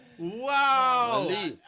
Wow